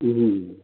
ꯎꯝ